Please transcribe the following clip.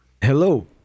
Hello